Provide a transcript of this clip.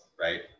right